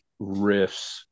riffs